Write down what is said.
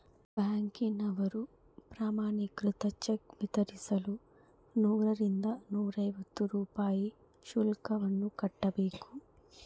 ಬ್ಯಾಂಕಿನವರು ಪ್ರಮಾಣೀಕೃತ ಚೆಕ್ ವಿತರಿಸಲು ನೂರರಿಂದ ನೂರೈವತ್ತು ರೂಪಾಯಿ ಶುಲ್ಕವನ್ನು ಕಟ್ಟಬೇಕು